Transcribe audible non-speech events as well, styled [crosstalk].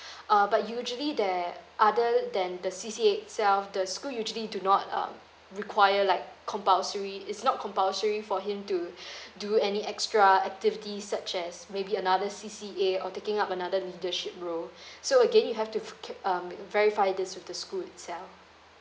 [breath] uh but usually there other than the C_C_A itself the school usually do not um require like compulsory it's not compulsory for him to [breath] do any extra activities such as maybe another C_C_A or taking up another leadership role [breath] so again you have to kee~ um verify this with the school itself